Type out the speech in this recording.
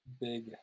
big